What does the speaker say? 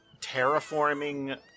terraforming